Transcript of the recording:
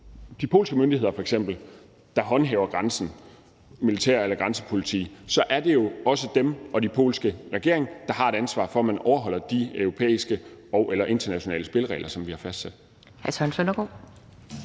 de polske myndigheder, der håndhæver grænsen – militær eller grænsepoliti – så er det jo også dem og den polske regering, der har et ansvar for, at man overholder de europæiske og/eller internationale spilleregler, som vi har fastsat.